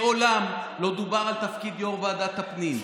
מעולם לא דובר על תפקיד יו"ר ועדת הפנים.